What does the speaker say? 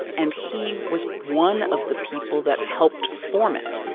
and he was one of the people that helped form it